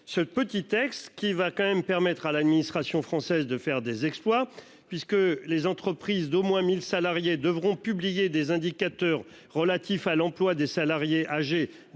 ce petit texte qui va quand même permettre à l'administration française de faire des exploits puisque les entreprises d'au moins 1000 salariés devront publier des indicateurs relatifs à l'emploi des salariés âgés